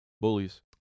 bullies